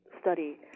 study